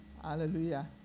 Hallelujah